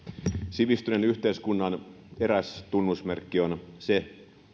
sivistyneen yhteiskunnan eräs tunnusmerkki on se